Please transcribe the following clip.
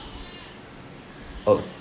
uh